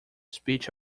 speech